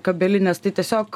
kabelinės tai tiesiog